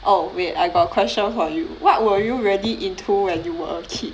oh wait I got a question for you what were you really into when you were a kid